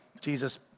Jesus